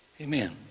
amen